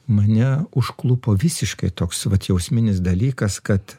mane užklupo visiškai toks vat jausminis dalykas kad